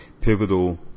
pivotal